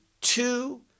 two